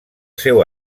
seu